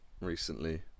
recently